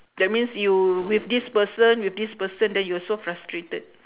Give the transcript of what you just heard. that means you with this person with this person then you were so frustrated